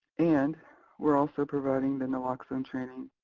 and we're also providing the naloxone training,